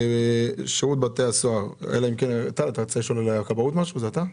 שירות בתי הסוהר גם כאן.